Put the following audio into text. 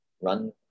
run